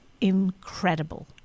incredible